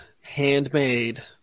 handmade